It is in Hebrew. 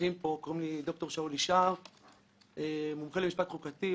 הנוכחים פה אני מומחה למשפט חוקתי,